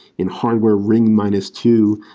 in hardware ring minus two.